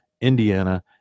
Indiana